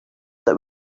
that